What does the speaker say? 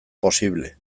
posible